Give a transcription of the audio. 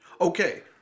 Okay